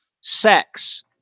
sex